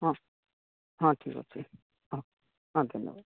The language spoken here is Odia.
ହଁ ହଁ ଠିକ ଅଛି ହଁ ଠିକ ଅଛି